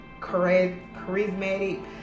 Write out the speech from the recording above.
charismatic